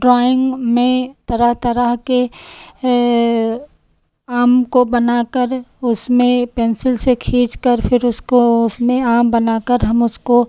drawing में तरह तरह के आम को बनाकर उसमें पेन्सिल से खींचकर फिर उसको उसमें आम बनाकर हम उसको